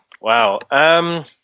Wow